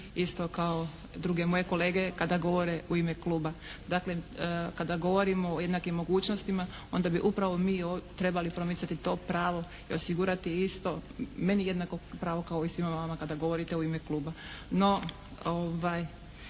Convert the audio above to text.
isto kao druge moje kolege kada govore u ime kluba. Dakle, kada govorimo o jednakim mogućnostima onda bi upravo mi trebali promicati to pravo i osigurati isto meni jednako pravo kao i svima vama kada govorite u ime kluba.